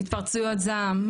התפרצויות זעם,